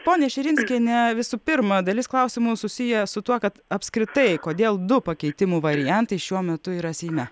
ponia širinskiene visų pirma dalis klausimų susiję su tuo kad apskritai kodėl du pakeitimų variantai šiuo metu yra seime